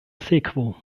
sekvo